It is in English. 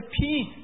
peace